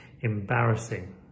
embarrassing